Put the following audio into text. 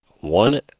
one